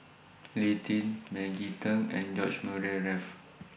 Lee Tjin Maggie Teng and George Murray Reith